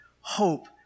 Hope